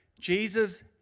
Jesus